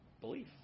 belief